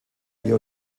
yale